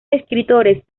escritores